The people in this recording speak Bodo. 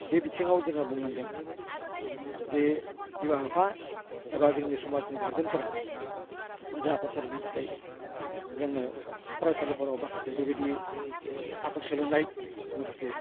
बे बिथिङाव जोङो बुंनांगोन जे बिमा बिफा एबा जोंनि समाजनि गार्जेनफोरा मोजां आखल सोलोंनो थाखाय जोङो फरायसालिफोराव माखासे बेबायदि आखल सोलोंनाय माखासे